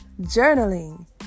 journaling